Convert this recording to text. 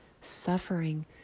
suffering